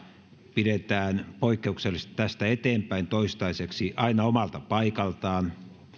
pidetään poikkeuksellisesti tästä eteenpäin toistaiseksi aina omalta paikalta